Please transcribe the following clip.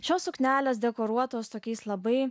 šios suknelės dekoruotos tokiais labai